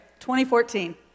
2014